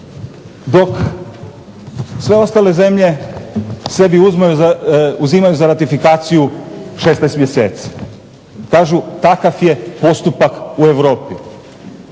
dok sve ostale zemlje sebi uzimaju za ratifikaciju 16 mjeseci. Kažu takav je postupak u Europi.